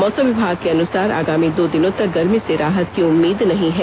मौसम विभाग के अनुसार आगामी दो दिनों तक गर्मी से राहत की उम्मीद नहीं है